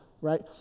right